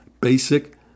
Basic